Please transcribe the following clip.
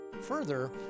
Further